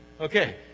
Okay